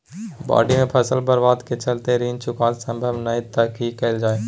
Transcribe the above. बाढि में फसल बर्बाद के चलते ऋण चुकता सम्भव नय त की कैल जा?